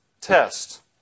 test